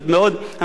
המדיניות שלה,